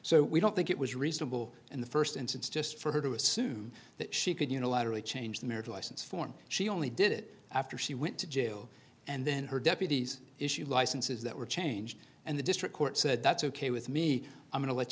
so we don't think it was reasonable in the first instance just for her to assume that she could unilaterally change the marriage license form she only did it after she went to jail and then her deputies issue licenses that were changed and the district court said that's ok with me i'm go